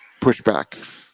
pushback